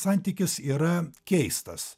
santykis yra keistas